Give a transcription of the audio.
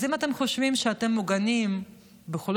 אז אם אתם חושבים שאתם מוגנים בחולון,